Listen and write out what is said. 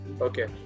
okay